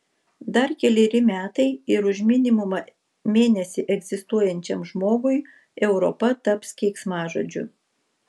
dar keleri metai ir už minimumą mėnesį egzistuojančiam žmogui europa taps keiksmažodžiu